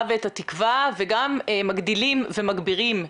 ואת התקווה וגם מגדילים ומגבירים,